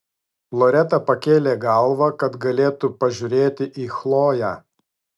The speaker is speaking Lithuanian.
loreta pakėlė galvą kad galėtų pažiūrėti į chloję